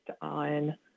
on